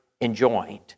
enjoined